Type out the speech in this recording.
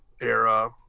era